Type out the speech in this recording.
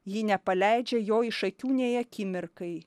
ji nepaleidžia jo iš akių nei akimirkai